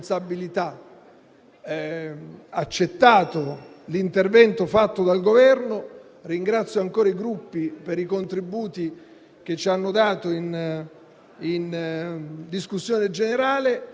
Signor Presidente, rappresentanti del Governo, colleghe e colleghi, dove c'è una discriminazione c'è qualcuno che ne trae un privilegio.